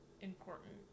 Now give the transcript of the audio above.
important